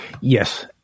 Yes